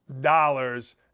dollars